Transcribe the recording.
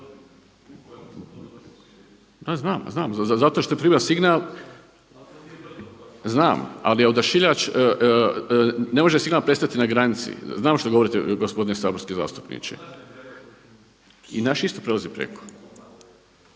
sa strane, ne razumije se./… Znam, ali je odašiljač. Ne može signal prestati na granici. Znam što govorite gospodine saborski zastupniče. I naš isto prelazi preko,